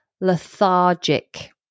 lethargic